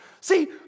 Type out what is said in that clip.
See